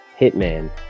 Hitman